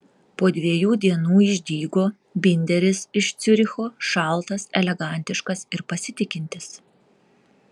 po dviejų dienų išdygo binderis iš ciuricho šaltas elegantiškas ir pasitikintis